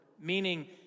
meaning